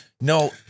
no